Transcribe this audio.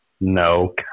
no